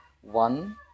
One